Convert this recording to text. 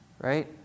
right